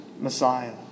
Messiah